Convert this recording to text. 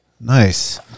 Nice